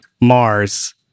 Mars